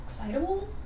excitable